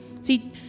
See